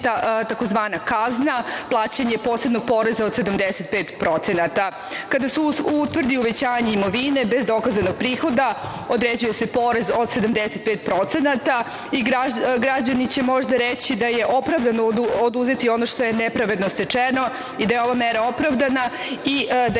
tzv. Kazna, plaćanje posebnog poreza od 75%.Kada se utvrdi uvećanje imovine, bez dokazanog prihoda, određuje se porez od 75% i građani će možda reći da je opravdano oduzeti ono što je nepravedno stečeno i da je ova mera opravdana i da